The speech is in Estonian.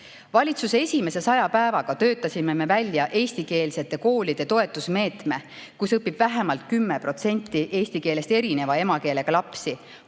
Valitsuse esimese 100 päevaga töötasime välja selliste eestikeelsete koolide toetusmeetme, kus õpib vähemalt 10% eesti keelest erineva emakeelega lapsi.